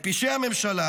את פשעי הממשלה,